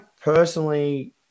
personally